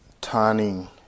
turning